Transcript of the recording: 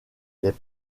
les